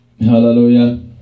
Hallelujah